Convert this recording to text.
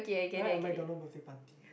I like a McDonald birthday party